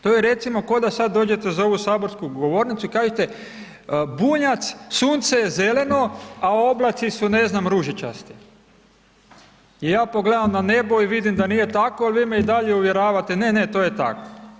To je recimo ko da sad dođete za ovu saborsku govornicu i kažete Bunjac, sunce je zeleno, a oblaci su, ne znam, ružičasti, i ja pogledam na nebo i vidim da nije tako, al' vi me i dalje uvjeravate ne, ne, to je tako.